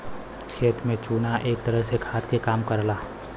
खेत में चुना एक तरह से खाद के काम करला